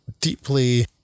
deeply